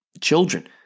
children